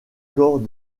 corps